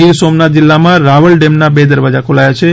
ગીર સોમનાથ જિલ્લામાં રાવલ ડેમના બે દરવાજા ખોલયા છે